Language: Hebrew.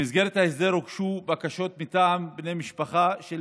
במסגרת ההסדר הוגשו בקשות מטעם בני משפחה של